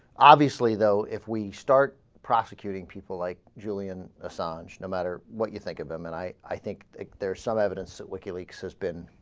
obviously though if we start prosecuting people like julian massage no matter what you think of them and i i think there's some evidence of wiki leaks has been